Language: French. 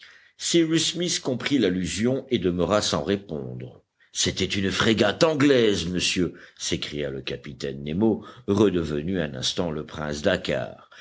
smith comprit l'allusion et demeura sans répondre c'était une frégate anglaise monsieur s'écria le capitaine nemo redevenu un instant le prince dakkar